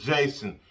Jason